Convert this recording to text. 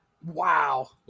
Wow